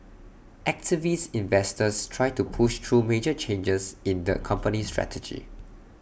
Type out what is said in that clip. activist investors try to push through major changes in the company strategy